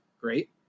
great